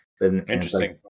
interesting